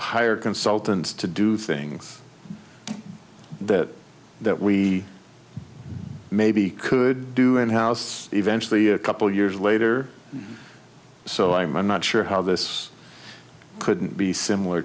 hire consultants to do things that that we maybe could do in house eventually a couple years later so i'm not sure how this couldn't be similar